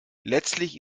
letztlich